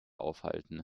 aufhalten